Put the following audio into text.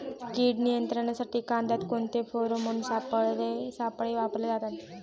कीड नियंत्रणासाठी कांद्यात कोणते फेरोमोन सापळे वापरले जातात?